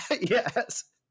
yes